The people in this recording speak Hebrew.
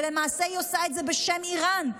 ולמעשה היא עושה את זה בשם איראן.